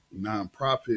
nonprofit